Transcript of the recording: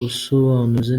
ubusobanuzi